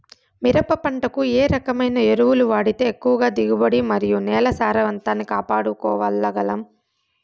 మిరప పంట కు ఏ రకమైన ఎరువులు వాడితే ఎక్కువగా దిగుబడి మరియు నేల సారవంతాన్ని కాపాడుకోవాల్ల గలం?